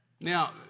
now